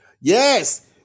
Yes